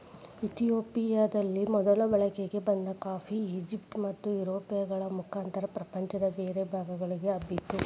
ಇತಿಯೋಪಿಯದಲ್ಲಿ ಮೊದಲು ಬಳಕೆಗೆ ಬಂದ ಕಾಫಿ, ಈಜಿಪ್ಟ್ ಮತ್ತುಯುರೋಪ್ಗಳ ಮುಖಾಂತರ ಪ್ರಪಂಚದ ಬೇರೆ ಭಾಗಗಳಿಗೆ ಹಬ್ಬಿತು